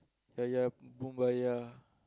yeah yeah boombaya